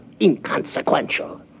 inconsequential